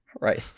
Right